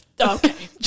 Okay